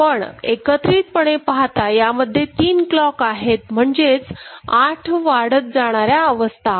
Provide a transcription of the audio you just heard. पण एकत्रितपणे पाहता यामध्ये तीन क्लॉक आहेत म्हणजेच 8 वाढत जाणाऱ्या अवस्था आहेत